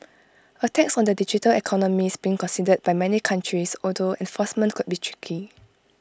A tax on the digital economy is being considered by many countries although enforcement could be tricky